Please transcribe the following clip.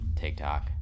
TikTok